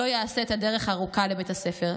לא יעשה את הדרך הארוכה לבית הספר.